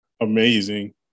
amazing